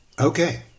Okay